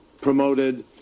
promoted